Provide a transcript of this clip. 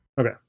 Okay